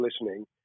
listening